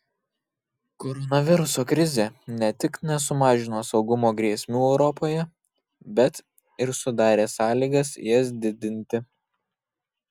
koronaviruso krizė ne tik nesumažino saugumo grėsmių europoje bet ir sudarė sąlygas jas didinti